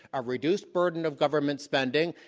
a reduced burden of government spending.